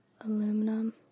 Aluminum